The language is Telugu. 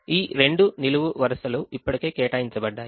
ఈ రెండు నిలువు వరుసలు ఇప్పటికే కేటాయించబడ్డాయి